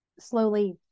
slowly